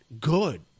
good